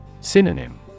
Synonym